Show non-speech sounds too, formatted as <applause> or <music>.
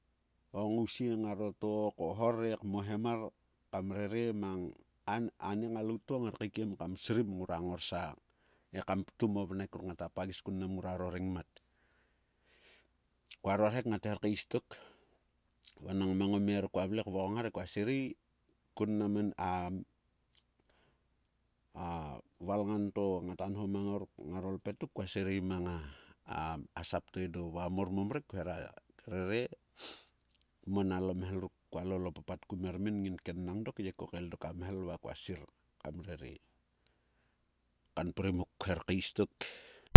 O ngause ngra took, ohore ekmohemar kam rere mang <hesitation> ane ngaelaut to ngar kaikiem kam srim ngara ngor sang, he kam ptum ovnek ruk ngata pagis kun mnam ngruaro rengmat. Kuaro rhek ngat her kais tok, vanang nang omio ruk kua vle sirei kun mnam <hesitation> a valngan to ngota nho mang ngor ngaro lpetuk. kua kua sirei mang <hesitation> asap to edo. va mor momrek khuera rere <hesitation> kmon alo mhelruk kua lol a papat ku mermin gain kenning dok amhel va kua sir kam rere kanprim muk. khuer kais tok.